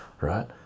right